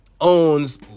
owns